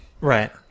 right